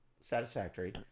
satisfactory